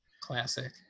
Classic